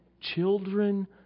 children